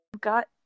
got